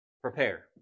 Prepare